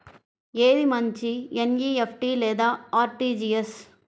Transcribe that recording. ఏది మంచి ఎన్.ఈ.ఎఫ్.టీ లేదా అర్.టీ.జీ.ఎస్?